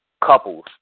couples